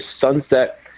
sunset